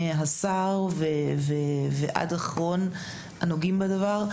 מהשר ועד אחרון הנוגעים בדבר,